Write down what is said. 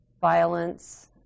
violence